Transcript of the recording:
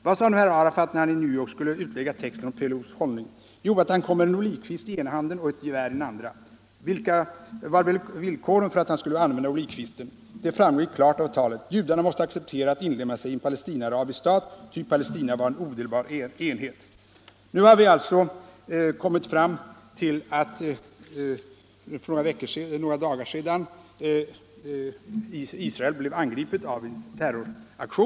Vad sade nu herr Yassir Arafat när han i New York skulle utlägga texten om PLO:s hållning? Jo, han sade att han kom med en olivkvist i ena handen och ett gevär i den andra. Villkoren för att han skulle använda olivkvisten framgick klart av talet, nämligen att judarna måste acceptera att inlemma sig i en Palestina-arabisk stat. Palestina var en odelbar enhet. För några dagar sedan blev ett hotell i Israel angripet av terrorister.